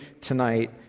tonight